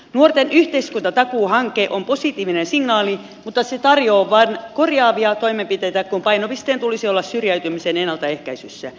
nuorten yhteiskuntatakuu hanke on positiivinen signaali mutta se tarjoaa vain korjaavia toimenpiteitä kun painopisteen tulisi olla syrjäytymisen ennaltaehkäisyssä